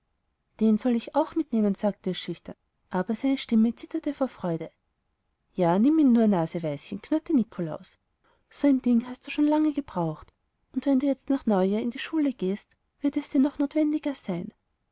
den soll ich auch mitnehmen sagte es schüchtern aber seine stimme zitterte vor freude ja nimm ihn nur naseweischen knurrte nikolaus so ein ding hast du schon lange gebraucht und wenn du jetzt nach neujahr in die schule gehst wird es dir noch notwendiger sein